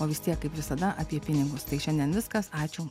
o vis tiek kaip visada apie pinigus tai šiandien viskas ačiū